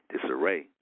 disarray